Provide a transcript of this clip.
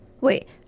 Wait